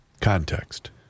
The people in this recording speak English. Context